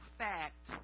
fact